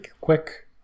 quick